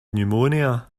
pneumonia